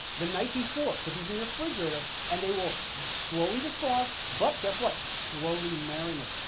the night before put these in your refrigerator and they will slowly defrost. but, guess what? slowly marinate.